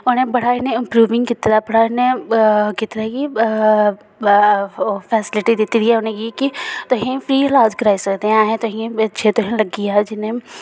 उनें बड़ा इनें इम्प्रूविंग कीते दा उनें कीते दा की फैसिलिटी दित्ती दी ऐ उनेंगी की तुहें फ्री इलाज कराई सकदे ऐं अहें तुहेंगी अच्छे तुहें लग्गी जाए जिन्ने